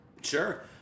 Sure